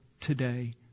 today